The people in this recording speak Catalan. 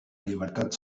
llibertat